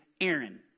Aaron